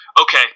Okay